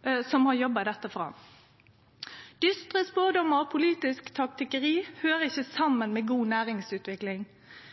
er dette jobba fram. Dystre spådomar og politisk taktikkeri høyrer ikkje saman med god næringsutvikling.